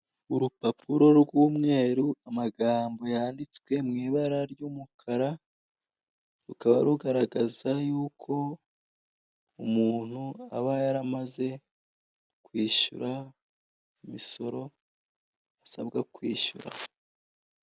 Urupapuro rw'umweru amagambo yanditswe mwibara ry'umukara , rukaba rugaragaza yuko umuntu aba yaramaze kwishyura imisoro asabwa kwishyura.